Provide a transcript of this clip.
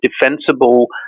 defensible